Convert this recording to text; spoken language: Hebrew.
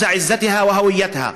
סמל תפארתה והזהות שלה,